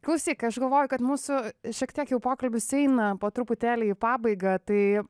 klausyk aš galvoju kad mūsų šiek tiek jau pokalbis eina po truputėlį į pabaigą tai